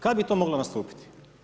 Kad bi to moglo nastupiti?